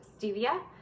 stevia